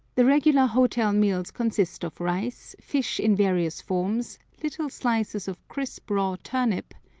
the regular hotel meals consist of rice, fish in various forms, little slices of crisp, raw turnip,